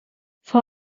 vor